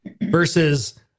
versus